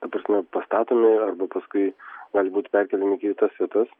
ta prasme pastatomi arba paskui gali būt perkeliami į kitas vietas